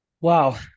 Wow